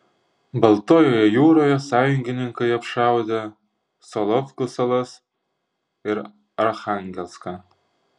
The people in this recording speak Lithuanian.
baltojoje jūroje sąjungininkai apšaudė solovkų salas ir archangelską